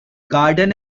garden